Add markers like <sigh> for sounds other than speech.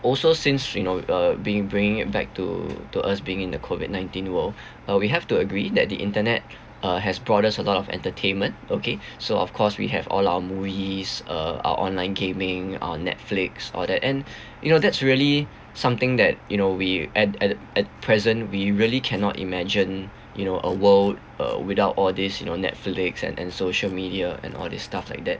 also since you know uh being bringing it back to to us being in the COVID nineteen world <breath> uh we have to agree that the internet uh has brought us a lot of entertainment okay so of course we have all our movies uh our online gaming our Netflix all that and <breath> you know that's really something that you know we at at at present we really cannot imagine you know a world uh without all these you know Netflix and and social media and all these stuff like that